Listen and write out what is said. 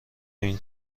این